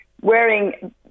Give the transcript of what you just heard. Wearing